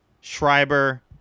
Schreiber